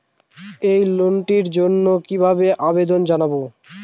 এই লোনটির জন্য কিভাবে আবেদন জানাবো?